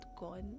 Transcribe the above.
gone